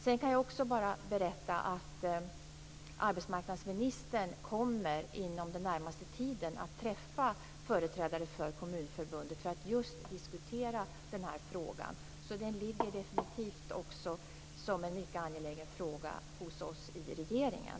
Jag kan också berätta att arbetsmarknadsministern inom den närmaste tiden kommer att träffa företrädare för Kommunförbundet för att just diskutera den här frågan. Så det här är definitivt en mycket angelägen fråga för oss i regeringen.